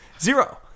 Zero